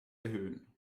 erhöhen